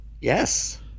Yes